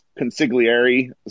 consigliere